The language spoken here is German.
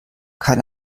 kann